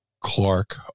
Clark